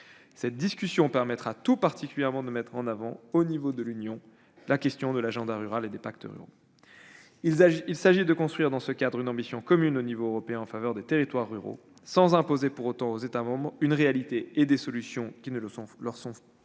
Cette discussion permettra tout particulièrement de mettre en avant, au niveau de l'Union, la question de l'agenda rural et des pactes ruraux. Il s'agit de construire dans ce cadre une ambition commune au niveau européen en faveur des territoires ruraux, sans imposer pour autant aux États membres une réalité et des solutions qui ne sont pas